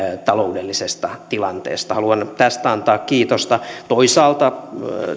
taloudellisesta tilanteesta haluan tästä antaa kiitosta toisaalta